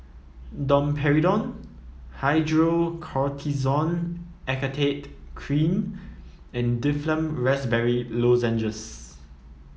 Domperidone Hydrocortisone Acetate Cream and Difflam Raspberry Lozenges